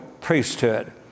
priesthood